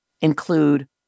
include